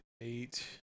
Eight